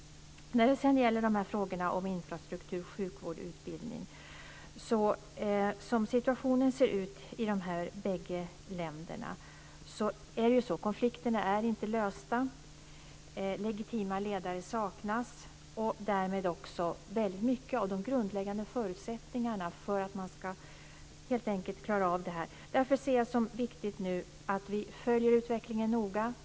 Situationen när det gäller frågorna om infrastruktur, sjukvård och utbildning ser ut så här: Konflikterna är inte lösta, legitima ledare saknas och därmed också väldigt mycket av de grundläggande förutsättningarna för att man helt enkelt ska klara av detta. Därför ser jag det som viktigt att vi nu följer utvecklingen noga.